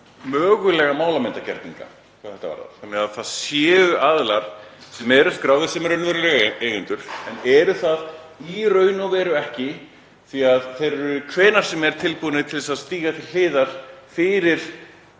mögulega málamyndagerninga hvað þetta varðar, þannig að það séu aðilar sem eru skráðir sem raunverulegir eigendur en eru það í raun og veru ekki því að þeir eru hvenær sem er tilbúnir til að stíga til hliðar fyrir